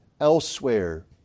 elsewhere